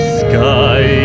sky